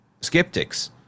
skeptics